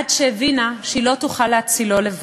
עד שהבינה שהיא לא תוכל להצילו לבדה,